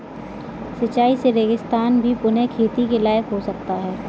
सिंचाई से रेगिस्तान भी पुनः खेती के लायक हो सकता है